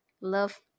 love